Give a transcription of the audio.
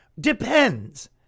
depends